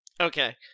Okay